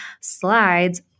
slides